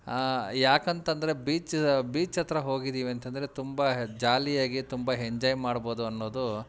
ಯಾಕಂತಂದರೆ beach beach ಹತ್ರ ಹೋಗಿದ್ದೀವಿ ಅಂತಂದರೆ ತುಂಬ ಜಾಲಿಯಾಗಿ ತುಂಬ ಹೆಂಜಾಯ್ ಮಾಡ್ಬೋದು ಅನ್ನೋದು